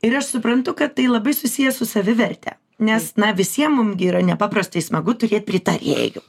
ir aš suprantu kad tai labai susiję su saviverte nes na visiem mum gi yra nepaprastai smagu turėt pritarėjų